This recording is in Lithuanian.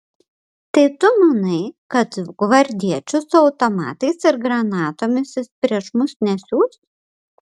tai tu manai kad gvardiečių su automatais ir granatomis jis prieš mus nesiųs